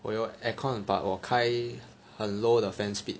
我有 aircon but 我开很 low 的 fan speed